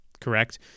correct